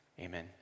amen